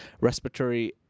respiratory